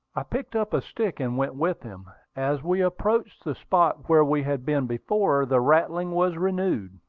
i picked up a stick, and went with him. as we approached the spot where we had been before, the rattling was renewed.